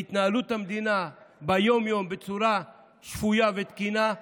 להתנהלות המדינה ביום-יום בצורה שפויה ותקינה,